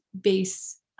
base